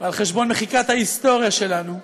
ועל חשבון מחיקת ההיסטוריה שלנו,